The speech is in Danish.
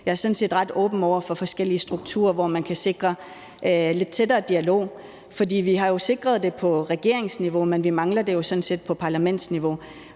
Jeg er sådan set ret åben over for forskellige strukturer, hvor man kan sikre en lidt tættere dialog, for vi har jo sikret det på regeringsniveau, men vi mangler det sådan set på parlamentarisk niveau.